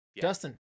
Dustin